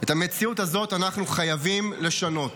את המציאות הזאת אנחנו חייבים לשנות.